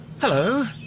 Hello